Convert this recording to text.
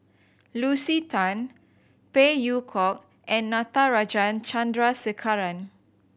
Lucy Tan Phey Yew Kok and Natarajan Chandrasekaran